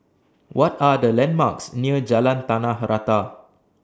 What Are The landmarks near Jalan Tanah Rata